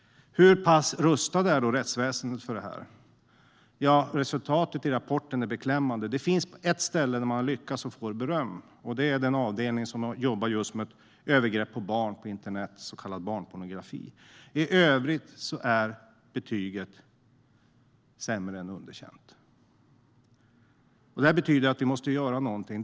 Hur pass rustat är då rättsväsendet för det här? Ja, resultatet i rapporten är beklämmande. Det finns ett ställe som har lyckats och som får beröm. Det är den avdelning som jobbar mot övergrepp mot barn på internet, så kallad barnpornografi. I övrigt är betyget sämre än underkänt. Det betyder att vi måste göra någonting.